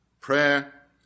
prayer